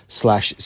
slash